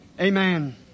Amen